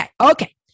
Okay